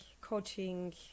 coaching